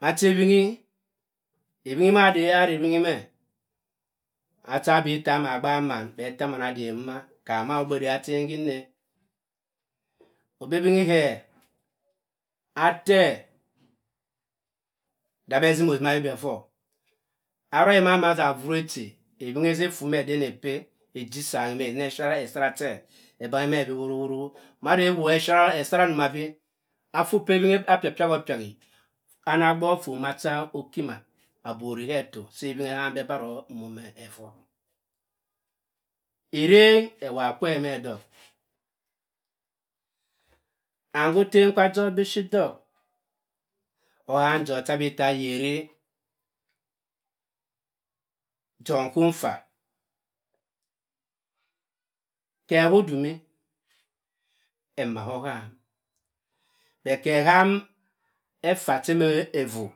Macha ewingi ewingi da arre ewingi me macha abi itta amaa atta man adem mbuma kama ogbe da ka achen gi nne obi ewingi ke atte da abhe assim osima be bhe vor arobhi mama ada vora echi ewingi essa effu akki me bi wuru wuru wuru mada e wokhi ephara. essara nduma bi affu pa ewingi opiakpiakopiaki ama agbor phott macha okima abori he affoh sa ewingi ehambi ebaror mmo me effor. Ereng ewowa kwe me dohk and ga ottem kwa jork biphir dohk, okaam jork cha aba itta ayeri jork nkho nfa, ke ko odam, emmaa' kor oham, but ke oham effa cho omo osima ouu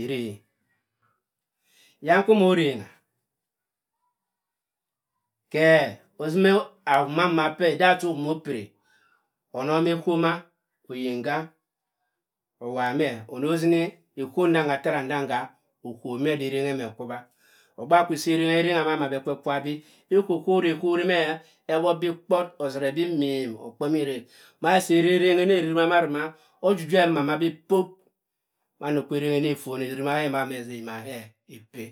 ereng. yam kwoh omor orenga, ke asima ahuma mbuma pe odam nwuma kwa ohum opiri onoma eho maa oyinga owa me ono osini ehor ndaaaga ya yara ndanga ohohk me da ereng em e ekwowa ogbe nwakwa sa ereng erenga me ma bhe ekwu ekwowa bi ekhori okohn me ewot bi kpot osore bi mim okpe me irerek, ma si ira ereng mare ma ojujue omaa' bi pope mando kwa ereng ene phona erima he ma eda yima ke eppe.